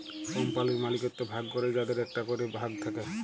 কম্পালির মালিকত্ব ভাগ ক্যরে যাদের একটা ক্যরে ভাগ থাক্যে